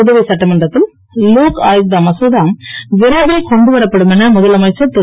புதுவை சட்டமன்றத்தில் லோக் ஆயுக்தா மசோதா விரைவில் கொண்டுவரப் படும் என முதலமைச்சர் திரு